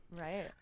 Right